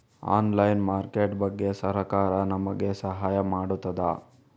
Online market ಬಗ್ಗೆ ಸರಕಾರ ನಮಗೆ ಸಹಾಯ ಮಾಡುತ್ತದೆ?